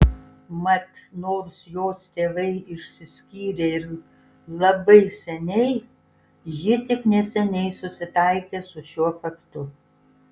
mat nors jos tėvai išsiskyrė ir labai seniai ji tik neseniai susitaikė su šiuo faktu